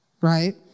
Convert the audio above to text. Right